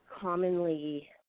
commonly